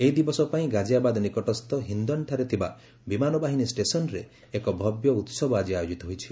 ଏହି ଦିବସ ପାଇଁ ଗାଜିଆବାଦ୍ ନିକଟସ୍ଥ ହିନ୍ଦନ୍ଠାରେ ଥିବା ବିମାନ ବାହିନୀ ଷ୍ଟେସନ୍ରେ ଏକ ଭବ୍ୟ ଉତ୍ସବ ଆକି ଆୟୋଜିତ ହୋଇଛି